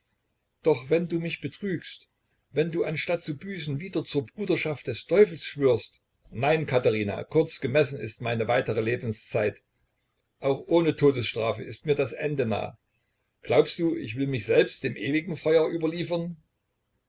doch wenn du mich betrügst wenn du anstatt zu büßen wieder zur bruderschaft des teufels schwörst nein katherina kurz gemessen ist meine weitere lebenszeit auch ohne todesstrafe ist mir das ende nah glaubst du ich will mich selbst dem ewigen feuer überliefern